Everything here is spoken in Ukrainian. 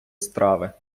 страви